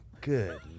Good